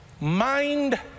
mind